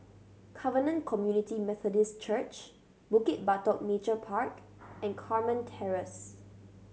Covenant Community Methodist Church Bukit Batok Nature Park and Carmen Terrace